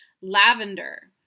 Lavender